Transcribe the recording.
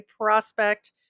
prospect